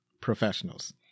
professionals